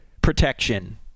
protection